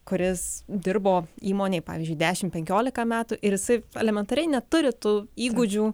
kuris dirbo įmonėj pavyzdžiui dešimt penkiolika metų ir jisai elementariai neturi tų įgūdžių